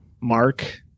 mark